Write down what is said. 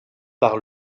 par